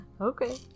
Okay